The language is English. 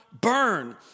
burn